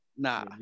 Nah